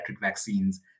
vaccines